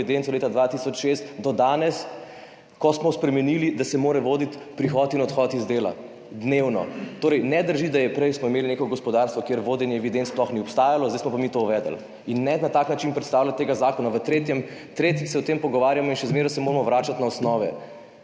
evidenc od leta 2006 do danes, ko smo spremenili to, da se mora dnevno voditi prihod na delo in odhod z dela. Torej, ne drži, da smo imeli prej neko gospodarstvo, kjer vodenje evidenc sploh ni obstajalo, zdaj smo pa mi to uvedli. Ne na tak način predstavljati tega zakona. Tretjič se pogovarjamo o tem in še zmeraj se moramo vračati na osnove.